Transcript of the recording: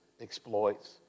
exploits